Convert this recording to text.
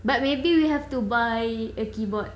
but maybe we have to buy a keyboard